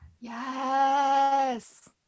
Yes